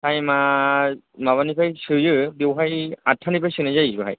टाइमा माबानिफ्राय सोयो बेवहाय आतटानिफ्राय सोनाय जायो बाहाय